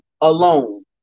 alone